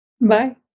Bye